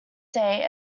day